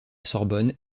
sorbonne